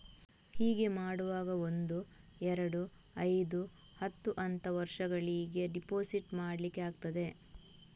ಹೀಗೆ ಮಾಡುವಾಗ ಒಂದು, ಎರಡು, ಐದು, ಹತ್ತು ಅಂತ ವರ್ಷಗಳಿಗೆ ಡೆಪಾಸಿಟ್ ಮಾಡ್ಲಿಕ್ಕೆ ಆಗ್ತದೆ